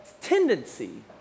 tendency